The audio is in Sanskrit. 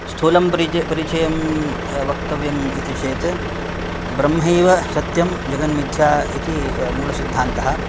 स्थूलं परिचयं परिचयं वक्तव्यम् इति चेत् ब्रह्मैव सत्यं जगत् मिथ्या इति मूलसिद्धान्तः